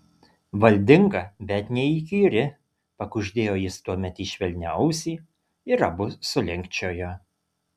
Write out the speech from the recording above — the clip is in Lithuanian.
valdinga bet neįkyri pakuždėjo jis tuomet į švelnią ausį ir abu sulinkčiojo